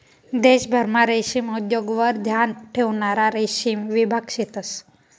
देशभरमा रेशीम उद्योगवर ध्यान ठेवणारा रेशीम विभाग शेतंस